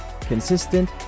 consistent